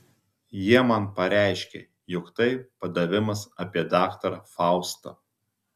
jie man pareiškė jog tai padavimas apie daktarą faustą